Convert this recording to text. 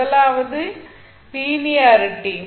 முதலாவது லீனியரிட்டி